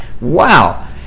wow